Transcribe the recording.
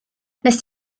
nes